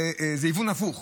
זה היוון הפוך,